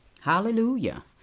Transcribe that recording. Hallelujah